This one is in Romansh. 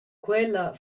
quella